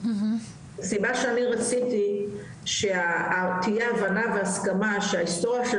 סיבה שאני רציתי שתהיה הבנה והסכמה שההיסטוריה של